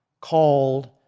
called